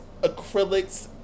acrylics